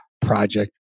Project